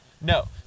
No